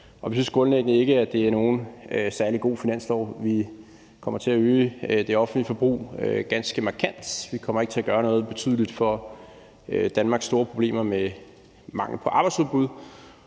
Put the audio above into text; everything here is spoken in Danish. Vi synes grundlæggende ikke, at det er nogen særlig god finanslov. Vi kommer til at øge det offentlige forbrug ganske markant. Vi kommer ikke til at gøre noget betydeligt for Danmarks store problemer med mangel på arbejdsudbud,